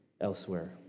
elsewhere